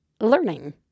learning